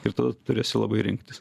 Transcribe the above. ir tada tu turėsi labai rinktis